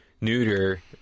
neuter